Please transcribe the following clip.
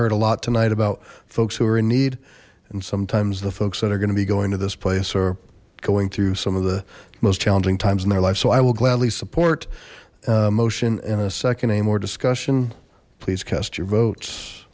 heard a lot tonight about folks who are in need and sometimes the folks that are going to be going to this place or going through some of the most challenging times in their life so i will gladly support motion in a second a more discussion please cast your